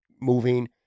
moving